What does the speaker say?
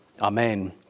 Amen